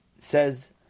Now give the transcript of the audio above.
says